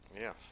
Yes